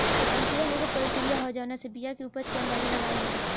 अंकुरण एगो प्रक्रिया ह जावना से बिया के उपज के अंदाज़ा लगावल जाला